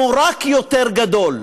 המור"ק יותר גדול.